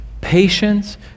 patience